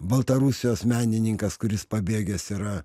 baltarusijos menininkas kuris pabėgęs yra